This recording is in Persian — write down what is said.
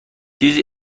چیزی